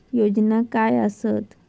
योजना काय आसत?